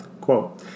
Quote